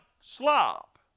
slop